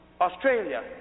Australia